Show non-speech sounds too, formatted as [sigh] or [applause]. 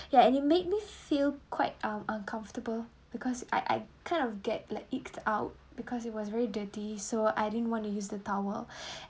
ya and it made me feel quite um uncomfortable because I I kind of get like eeked out because it was very dirty so I didn't want to use the towel [breath]